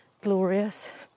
glorious